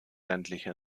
ländliche